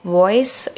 voice